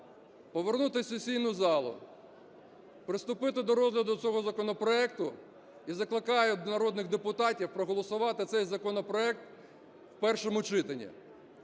повернутися в сесійну залу, приступити до розгляду цього законопроекту. І закликаю народних депутатів проголосувати цей законопроект в першому читанні.